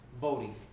voting